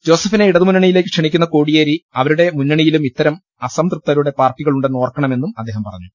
ജോസഫിനെ ഇടതുമുന്നണിയിലേക്ക് ക്ഷണിക്കുന്ന കോടിയേരി അവരുടെ മുന്നണിയിലും ഇത്തരം അസംതൃപ്തരുടെ പാർട്ടികളുണ്ടെന്ന് ഓർക്കണമെന്ന് അദ്ദേഹം പറഞ്ഞു